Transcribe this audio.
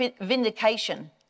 vindication